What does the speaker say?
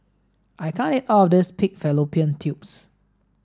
I can't eat all of this pig Fallopian tubes